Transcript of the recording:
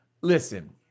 listen